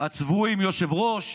יושב-ראש